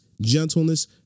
gentleness